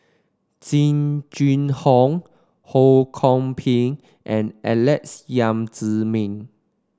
Jing Jun Hong Ho Kwon Ping and Alex Yam Ziming